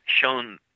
shown